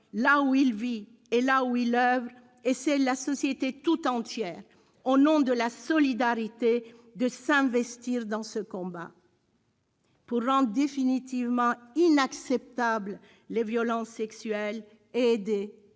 là où il vit et là où il oeuvre, et à la société tout entière, au nom de la solidarité, de s'investir dans ce combat, pour rendre définitivement inacceptables les violences sexuelles et aider